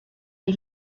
des